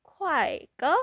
快歌